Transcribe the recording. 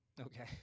okay